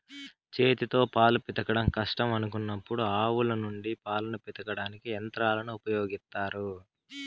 చేతితో పాలు పితకడం కష్టం అనుకున్నప్పుడు ఆవుల నుండి పాలను పితకడానికి యంత్రాలను ఉపయోగిత్తారు